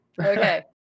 Okay